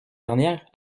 dernière